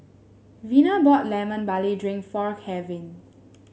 Vina bought Lemon Barley Drink for Kevin